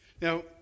Now